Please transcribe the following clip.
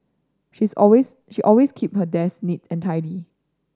she's always she always keep her desk neat and tidy